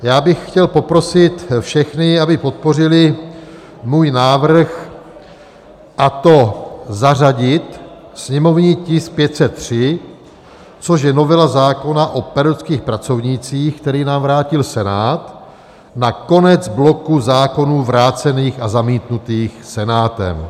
Já bych chtěl poprosit všechny, aby podpořili můj návrh, a to zařadit sněmovní tisk 503, což je novela zákona o pedagogických pracovnících, který nám vrátil Senát, na konec bloku zákonů vrácených a zamítnutých Senátem.